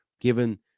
given